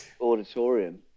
auditorium